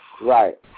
Right